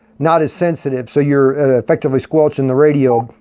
not as sensitive. so you're effectively squelching the radio.